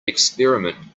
experiment